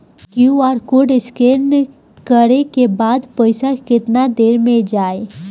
QR code scan करे क बाद पइसा केतना देर म जाई?